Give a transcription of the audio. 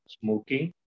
smoking